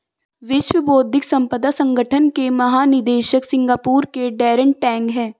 विश्व बौद्धिक संपदा संगठन के महानिदेशक सिंगापुर के डैरेन टैंग हैं